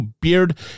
Beard